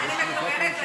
אני מקבלת,